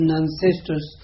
ancestors